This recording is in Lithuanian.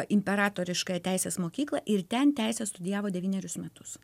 imperatoriškąją teisės mokyklą ir ten teisę studijavo devynerius metus